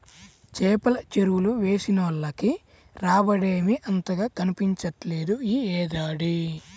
చేపల చెరువులు వేసినోళ్లకి రాబడేమీ అంతగా కనిపించట్లేదు యీ ఏడాది